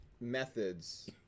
methods